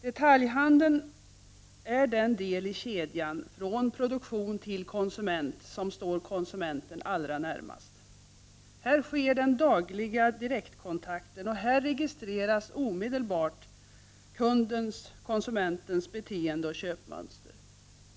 Detaljhandeln är den del i kedjan från produktion till konsument som står konsumenten allra närmast. Här sker den dagliga direktkontakten, och här registreras omedelbart kundens/konsumentens beteende och köpmönster.